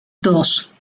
dos